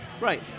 Right